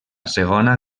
segona